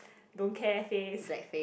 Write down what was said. don't care face